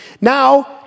now